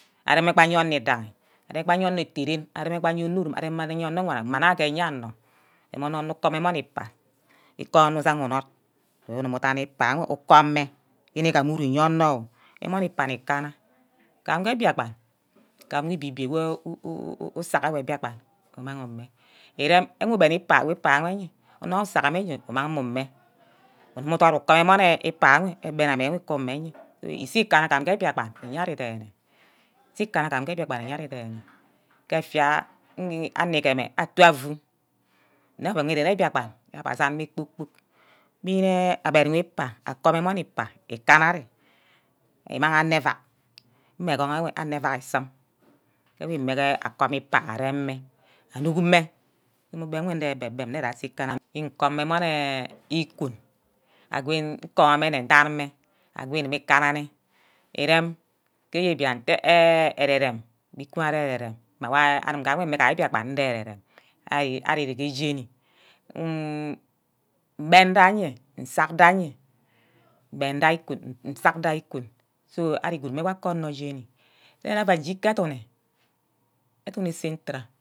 Areme gba aye onor idigi, erem gbe aye onor ette ren, areme gba aye onurum, areme gba aye ene-wana, mma nna ke eyea-onor, urem onor nor ukum emon igba, ikono usagha unod nudumu udan ikpa wo ukumme, yene igam uru iyeah onor emon ikpa wo ukumme, yene igam uru iyeah onor emon ikpa nni kana, gam ge mbiakpan, gam ge ibibia wor usagi mbiakpan umang umeh, irem uben ikpai, ukpa mme enye, onor usagha mme enye umang umeh, ugumu udot ukomeh emon enh ikpa enwe, ebene ame ku umeh enye so ise ikannaga uye ari deene, ke effia anor igemeh atu afu nne oven wi irene mbiakpan asan mme kpor kpor, yene agbe uwi ikpa acome emon ikpa ikanna ari, imang anor evek mme egonhe, enevek isim ke wu imegge akom ikpa areme, anuk mme, mme ugbem nwe ndebe-bem ikana-anim mkona emon eh ikun. ago nkon mane ndan mme ago igime guri ikanane, irem ke ibibian nte enh ere-rem nwor are-rem, mme gam wor mbiakpan arear ke ere-rem ari ereke jeni. mben diahe, nsack diahe, mben dia ikun, nsag dia ikun, so arigud mme uwaka onor jeni, den ava je ke edunni eduni central.